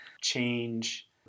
change